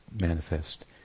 manifest